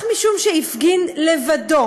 רק משום שהפגין לבדו,